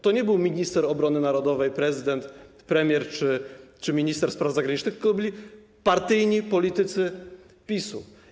To nie był minister obrony narodowej, prezydent, premier czy minister spraw zagranicznych, tylko to byli partyjni politycy PiS-u.